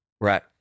Right